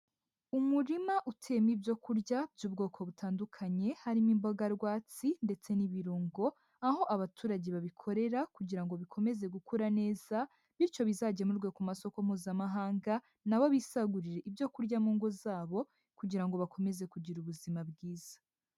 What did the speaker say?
Umurima uteyemo ibyo kurya by'ubwoko butandukanye, harimo imboga rwatsi ndetse n'ibirungo, aho abaturage babikorera kugira ngo bikomeze gukura neza bityo bizagemurwe ku masoko Mpuzamahanga, na bo bisagurire ibyo kurya mu ngo zabo kugira ngo bakomeze kugira ubuzima bwiza.